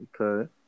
Okay